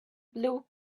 blue